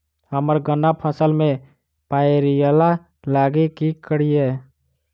हम्मर गन्ना फसल मे पायरिल्ला लागि की करियै?